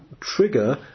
trigger